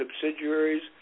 subsidiaries